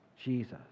Jesus